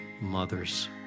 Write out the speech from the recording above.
mothers